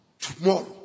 tomorrow